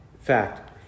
fact